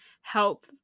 help